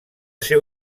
seu